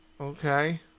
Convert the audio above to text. Okay